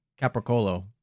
capricolo